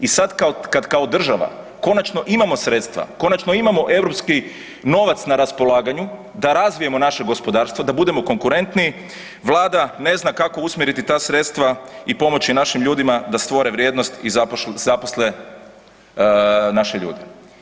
I sad kad kao država konačno imamo sredstva, konačno imamo europski novac na raspolaganju da razvijemo naše gospodarstvo, da budemo konkurentniji Vlada ne zna kako usmjeriti ta sredstva i pomoći našim ljudima da stvore vrijednost i zaposle naše ljude.